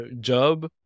job